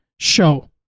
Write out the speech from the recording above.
show